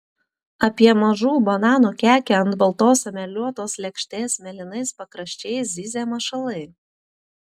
apie mažų bananų kekę ant baltos emaliuotos lėkštės mėlynais pakraščiais zyzia mašalai